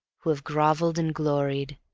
who have groveled and gloried,